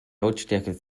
lautstärke